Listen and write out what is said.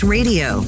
Radio